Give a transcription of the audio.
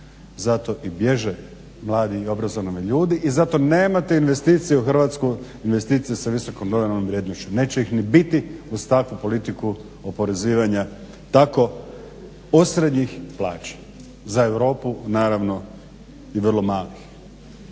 Zato i bježe mladi i obrazovani ljudi i zato nemate investicije u Hrvatsku, investicije sa visokom dodanom vrijednošću. Neće ih ni biti uz takvu politiku oporezivanja tako osrednjih plaća, za Europu naravno i vrlo malih.